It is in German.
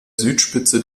südspitze